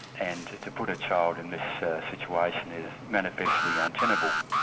and to put a child in this ah situation is manifestly untenable.